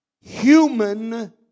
human